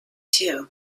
too